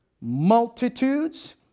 multitudes